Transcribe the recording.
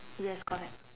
yes correct